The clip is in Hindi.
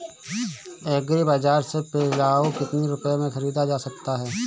एग्री बाजार से पिलाऊ कितनी रुपये में ख़रीदा जा सकता है?